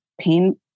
pain